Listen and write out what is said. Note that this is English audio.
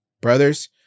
Brothers